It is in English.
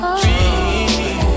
dream